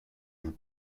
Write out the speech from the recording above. vous